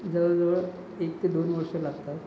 जवळजवळ एक ते दोन वर्षं लागतात